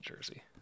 jersey